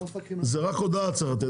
זה רק הודעה צריך לתת.